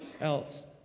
else